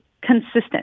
consistent